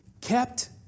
kept